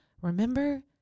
Remember